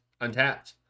untapped